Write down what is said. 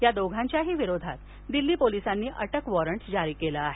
या दोघांविरोधातही दिल्ली पोलिसांनी अटक वॉरंट जारी केले आहेत